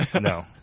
No